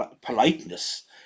Politeness